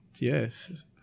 Yes